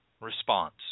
response